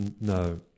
No